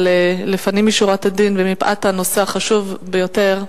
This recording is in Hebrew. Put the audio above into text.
אבל לפנים משורת הדין ומפאת הנושא החשוב ביותר,